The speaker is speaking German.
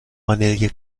vanille